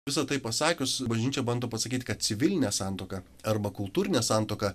visa tai pasakius bažnyčia bando pasakyt kad civilinė santuoka arba kultūrinė santuoka